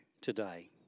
today